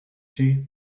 she